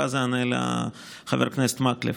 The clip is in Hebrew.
ואז אענה לחבר הכנסת מקלב.